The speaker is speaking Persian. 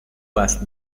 وصل